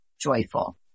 joyful